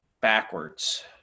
backwards